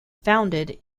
founded